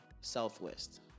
southwest